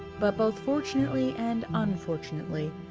but, both fortunately and unfortunately,